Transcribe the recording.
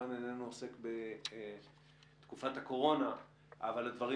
שכמובן איננו עוסק בתקופת הקורונה אבל הדברים